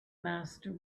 master